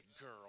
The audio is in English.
girl